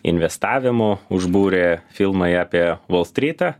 investavimu užbūrė filmai apie volstrytą